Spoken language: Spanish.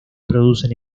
producen